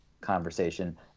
Conversation